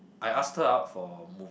I asked her out for movie